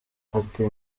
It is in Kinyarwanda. ati